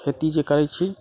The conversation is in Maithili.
खेती जे करै छी